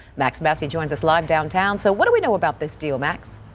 max massey joins us live downtown. so what do we know about this deal, max.